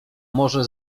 może